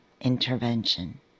intervention